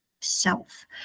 self